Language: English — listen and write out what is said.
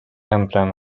emblem